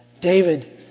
David